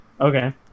Okay